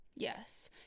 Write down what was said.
Yes